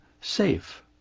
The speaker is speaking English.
safe